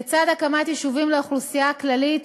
לצד הקמת יישובים לאוכלוסייה הכללית,